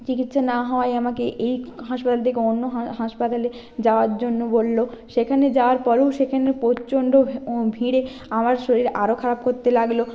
চিকিৎসা না হওয়ায় আমাকে এই হাসপাতাল থেকে অন্য হাসপাতালে যাওয়ার জন্য বললো সেখানে যাওয়ার পরেও সেখানে প্রচন্ড ভিড়ে আমার শরীর আরও খারাপ করতে লাগল